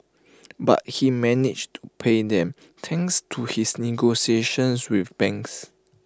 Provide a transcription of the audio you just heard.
but he managed to pay them thanks to his negotiations with banks